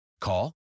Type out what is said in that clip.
Call